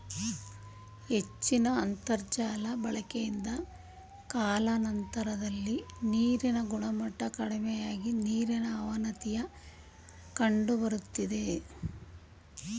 ಹೆಚ್ಚಿದ ಅಂತರ್ಜಾಲ ಬಳಕೆಯಿಂದ ಕಾಲಾನಂತರದಲ್ಲಿ ನೀರಿನ ಗುಣಮಟ್ಟ ಕಡಿಮೆಯಾಗಿ ನೀರಿನ ಅವನತಿಯ ಕಂಡುಬರ್ತದೆ